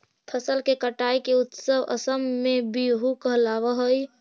फसल के कटाई के उत्सव असम में बीहू कहलावऽ हइ